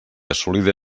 assolida